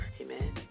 Amen